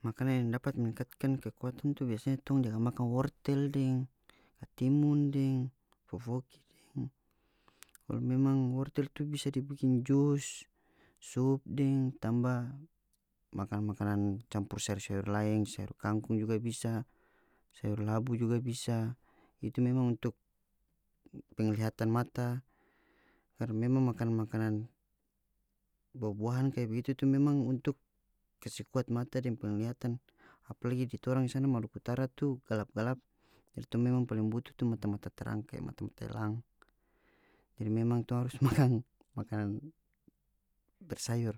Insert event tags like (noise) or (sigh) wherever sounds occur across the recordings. Makanan yang dapat meningkatkan kekuatan itu biasanya tong jaga makan wortel deng katimun deng fofoki deng kalu memang wortel tu bisa dibikin jus sup deng tamba makanan-makanan campur sayur-sayur lain sayur kangkung juga bisa sayur labu juga bisa itu memang untuk penglihatan mata karna memang makanan-makanan bua-buahan kaya begitu tu memang untuk kase kuat mata deng penglihatan apalagi di torang sana maluku utara tu galap-galap jadi tong memang paling butu tu mata-mata tarang kaya mata-mata elang jadi memang torang harus makan (laughs) makanan bersayur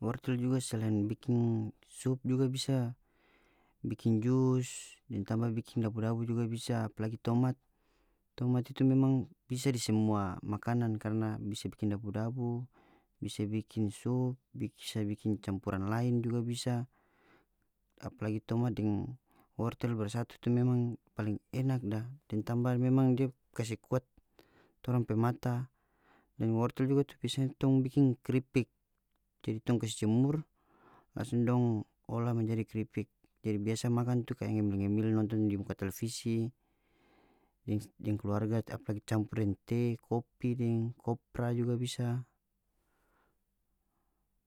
wortel juga selain bikin sup juga bisa bikin jus deng tamba bikin dabu-dabu juga bisa apalagi tomat tomat itu memang bisa di semua makanan karna bisa bikin dabu-dabu bisa bikin sup bisa bikin campuran lain juga bisa apalagi tomat deng wortel bersatu tu memang paling enak da deng tamba memang dia kase kuat torang pe mata deng wortel juga tu biasanya tong bikin kripik jadi tong kase jemur langsung dong ola menjadi kripik jadi biasa makan tu kaya ngemil-ngemil nonton di muka televisi deng deng keluarga apalagi campur deng te kopi deng kopra juga bisa.